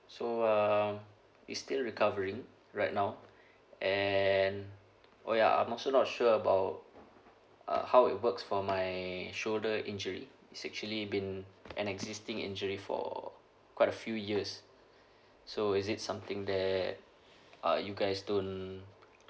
so um it's still recovering right now and oh ya I'm also not sure about uh how it works for my shoulder injury it's actually been an existing injury for quite a few years so is it something that uh you guys don't